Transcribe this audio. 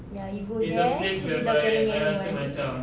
ya you go there without telling anyone